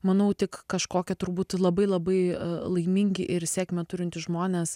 manau tik kažkokie turbūt labai labai laimingi ir sėkmę turintys žmonės